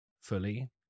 fully